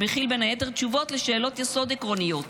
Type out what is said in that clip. שמכיל בין היתר תשובות על שאלות יסוד עקרוניות: